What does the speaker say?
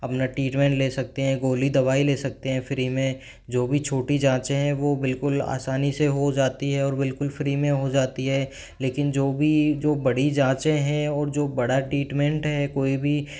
अपना ट्रीटमेंट ले सकते हैं गोली दवाई ले सकते हैं फ़्री में जो भी छोटी जाँचें है वो बिलकुल आसानी से हो जाती है और बिल्कुल फ़्री में हो जाती है लेकिन जो भी जो बड़ी जाँचें हैं और जो बड़ा ट्रीटमेंट है कोई भी